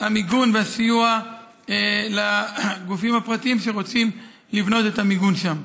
המיגון ולסיוע לגופים הפרטיים שרוצים לבנות מיגון שם,